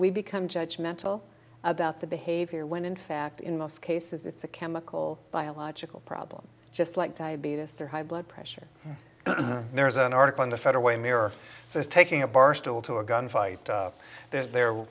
we become judge mental about the behavior when in fact in most cases it's a chemical biological problem just like diabetes or high blood pressure and there is an article in the federal way mirror so it's taking a barstool to a gunfight that the